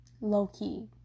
low-key